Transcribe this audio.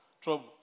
trouble